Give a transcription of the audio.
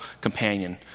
companion